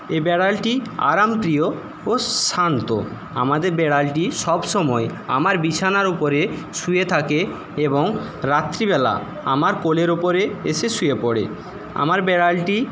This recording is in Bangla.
এ বিড়ালটি আরামপ্রিয় ও শান্ত আমাদের বিড়ালটি সবসময় আমার বিছানার ওপরে শুয়ে থাকে এবং রাত্রিবেলা আমার কোলের ওপরে এসে শুয়ে পড়ে আমার বিড়ালটি